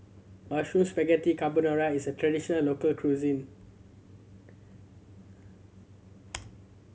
Mushroom Spaghetti Carbonara is a traditional local cuisine